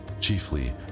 CHIEFLY